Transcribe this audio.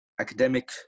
academic